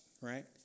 right